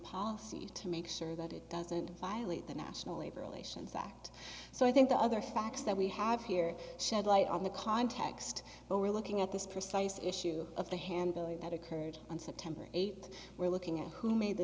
posse to make sure that it doesn't violate the national labor relations act so i think the other facts that we have here shed light on the context but we're looking at this precise issue of the handling that occurred on september eighth we're looking at who made the